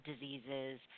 diseases